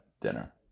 dinner